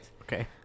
okay